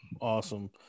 Awesome